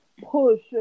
Push